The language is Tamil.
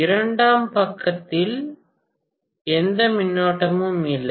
இரண்டாம் பக்கத்தில் எந்த மின்னோட்டமும் இல்ல